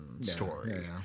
story